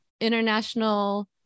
International